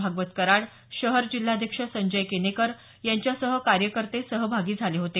भागवत कराड शहर जिल्हाध्यक्ष संजय केनेकर यांच्यासह कार्यकर्ते सहभागी झाले होते